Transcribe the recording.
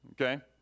okay